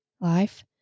life